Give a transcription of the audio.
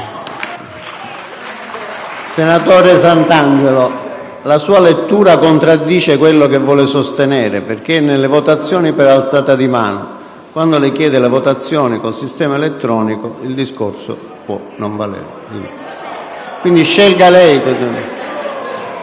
Senatore Santangelo, la sua lettura contraddice quello che vuole sostenere, perché vale nelle votazioni per alzata di mano; quando lei chiede la votazione con sistema elettronico, il discorso può non valere. Quindi scelga lei.